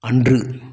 அன்று